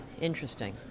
interesting